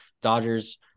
Dodgers